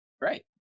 Right